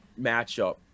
matchup